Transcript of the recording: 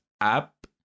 app